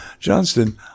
Johnston